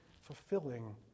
fulfilling